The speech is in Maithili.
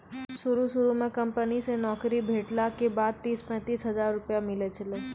शुरू शुरू म कंपनी से नौकरी भेटला के बाद तीस पैंतीस हजार रुपिया मिलै छै